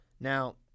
Now